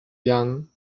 young